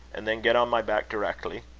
and then get on my back directly.